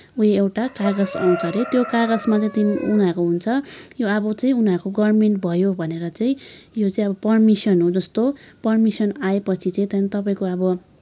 उयो एउटा कागज आउछ अरे त्यो कागजमा चाहिँ उनीहरूको हुन्छ अब चाहिँ उनीहरूको गभर्मेन्ट भयो भनेर चाहिँ यो चाहिँ अब पर्मिसन हो जस्तो पर्मिसन आएपछि चाहिँ त्यहाँदेखि तपाईँको अब